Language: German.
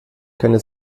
keine